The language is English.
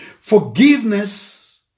forgiveness